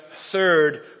third